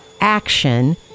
action